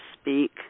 speak